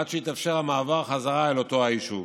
עד שיתאפשר המעבר בחזרה אל אותו היישוב,